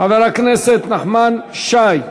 חבר הכנסת נחמן שי.